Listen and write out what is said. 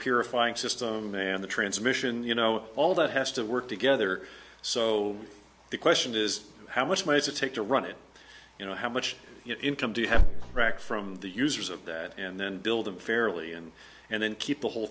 purifying system man the transmission you know all that has to work together so the question is how much money is it take to run it you know how much income do you have back from the users of that and then build them fairly and and then keep the whole